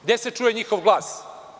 Gde se čuje njihov glas?